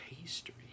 pastry